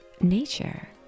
nature